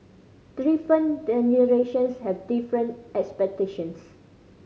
different generations have different expectations